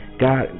God